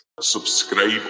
Subscribe